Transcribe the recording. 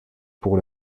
pour